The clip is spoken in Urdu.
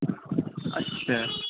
اچھا